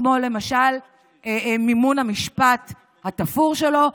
כמו למשל מימון המשפט התפור שלו.